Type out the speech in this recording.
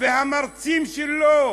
והמרצים שלו,